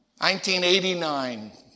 1989